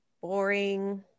Boring